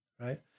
right